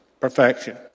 perfection